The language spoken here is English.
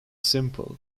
simple